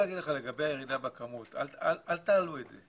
לגבי הירידה בכמות אל תעלו את זה.